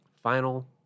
final